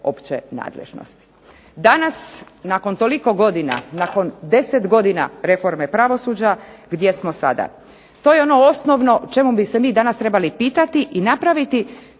opće nadležnosti. Danas toliko godina, nakon 10 godina reforme pravosuđa, gdje smo sada? To je ono osnovno čemu bi se mi danas trebali pitati i napraviti,